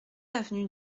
avenue